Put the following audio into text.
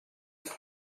that